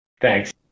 thanks